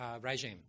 regime